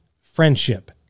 Friendship